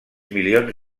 milions